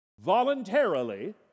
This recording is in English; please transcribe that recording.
voluntarily